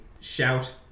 shout